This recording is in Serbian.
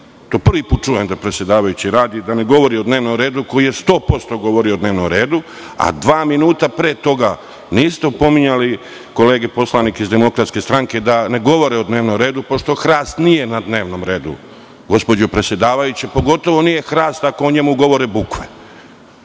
to prvi put čujem da predsedavajući radi da ne govori o dnevnom redu koji je 100% govorio o dnevnom redu, a dva minuta pre toga niste opominjali kolege poslanike iz DS da ne govore o dnevnom redu, pošto hrast nije na dnevnom redu. Gospođo predsedavajuća, pogotovo nije hrast ako o njemu govore bukve. Prema